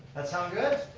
that sound good?